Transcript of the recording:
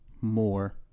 more